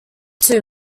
too